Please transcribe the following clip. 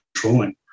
controlling